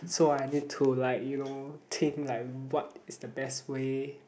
so I need to like you know think like what is the best way